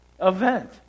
event